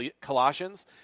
Colossians